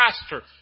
pastor